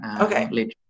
Okay